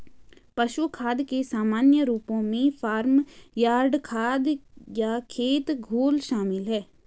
पशु खाद के सामान्य रूपों में फार्म यार्ड खाद या खेत घोल शामिल हैं